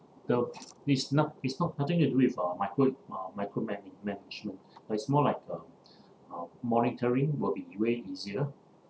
the it's not it's not nothing to do with uh micro~ uh microman~ management but it's more like uh uh monitoring will be way easier